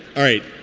all right.